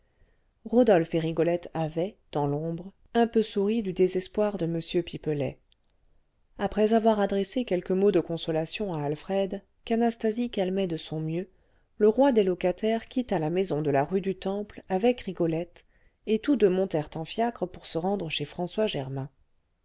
rodolphe et rigolette avaient dans l'ombre un peu souri du désespoir de m pipelet après avoir adressé quelques mots de consolation à alfred qu'anastasie calmait de son mieux le roi des locataires quitta la maison de la rue du temple avec rigolette et tous deux montèrent en fiacre pour se rendre chez françois germain